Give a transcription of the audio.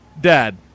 Dad